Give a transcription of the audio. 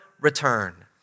return